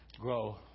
grow